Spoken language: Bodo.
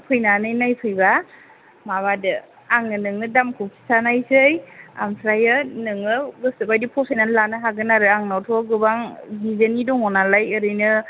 फैनानै नायफैबा माबादो आङो नोंनो दामखौ खिन्थानायसै आमफ्रायो नोङो गोसो बायदि फसायनानै लानो हागोन आरो आंनावथ' गोबां दिजेननि दङ नालाय ओरैनो